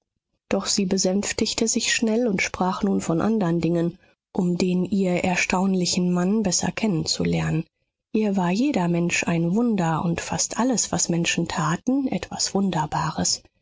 doch sie besänftigte sich schnell und sprach nun von andern dingen um den ihr erstaunlichen mann besser kennen zu lernen ihr war jeder mensch ein wunder und fast alles was menschen taten etwas wunderbares